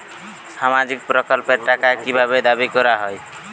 সামাজিক প্রকল্পের টাকা কি ভাবে দাবি করা হয়?